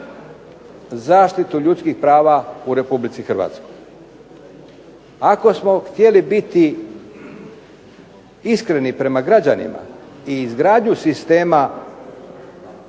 zaštitu ljudskih prava u RH. Ako smo htjeli biti iskreni prema građanima i izgradnju sistema